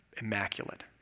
immaculate